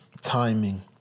timing